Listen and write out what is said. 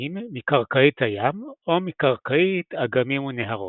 פנינים מקרקעית הים או מקרקעית אגמים ונהרות.